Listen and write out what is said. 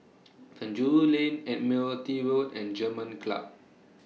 Penjuru Lane Admiralty Road and German Club